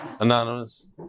Anonymous